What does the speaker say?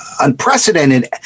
unprecedented